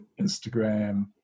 Instagram